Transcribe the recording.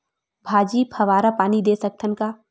भाजी फवारा पानी दे सकथन का?